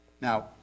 Now